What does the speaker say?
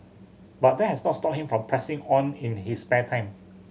but that has not stopped him from pressing on in his spare time